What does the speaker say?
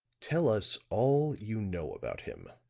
tell us all you know about him.